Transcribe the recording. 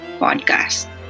podcast